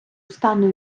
стану